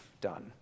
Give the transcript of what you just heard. done